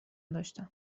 داشتم